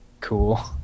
cool